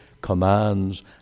commands